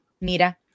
mira